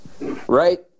right